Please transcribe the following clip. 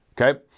Okay